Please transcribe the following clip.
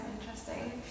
interesting